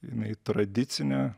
jinai tradicinė